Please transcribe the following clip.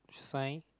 sign